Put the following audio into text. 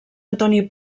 antoni